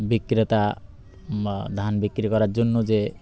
বিক্রেতা বা ধান বিক্রি করার জন্য যে